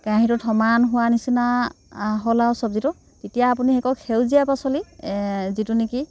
কেৰাহীটোত সমান হোৱাৰ নিচিনা হ'ল আৰু চব্জীটো তেতিয়া আপুনি সেউজীয়া পাচলি যিটো নেকি